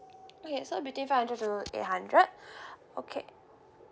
okay so between five hundred to eight hundred okay